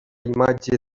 imatge